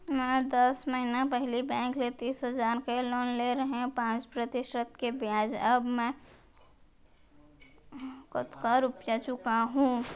मैं दस महिना पहिली बैंक ले तीस हजार के लोन ले रहेंव पाँच प्रतिशत के ब्याज म अब मैं कतका रुपिया चुका हूँ?